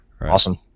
Awesome